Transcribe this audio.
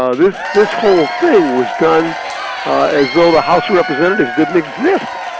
ah this this whole thing was done as though the house of representatives didn't exist.